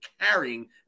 carrying